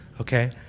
okay